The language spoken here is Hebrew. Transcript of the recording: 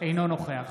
אינו נוכח